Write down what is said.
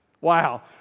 Wow